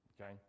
Okay